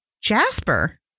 Jasper